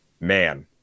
Man